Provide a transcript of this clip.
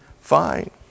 fine